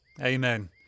Amen